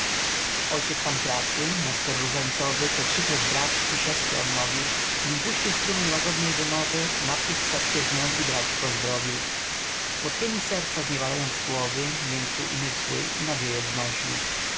ojciec pankracy nestor różańcowy co trzykroć braci i siostry odnowił nim puścił strumień łagodnej wymowy naprzód starszyznę i braci pozdrowił słodkiemi serca zniewalając słowy miękczył umysły i nadzieje wznowił